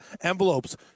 envelopes